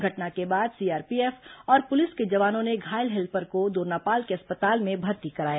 घटना के बाद सीआरपीएफ और पुलिस के जवानों ने घायल हेल्पर को दोरनापाल के अस्पताल में भर्ती कराया